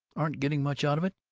aren't getting much out of it?